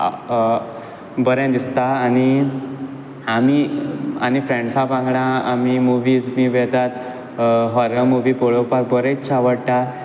बरें दिसता आनी आनी आनी फ्रेंड्सां वांगडा आमी मुविझ बी वेतात होरर मुवी पळोवपाक बरेंच आवडटा